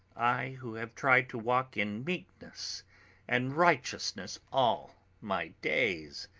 i who have tried to walk in meekness and righteousness all my days.